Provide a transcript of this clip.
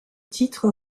titre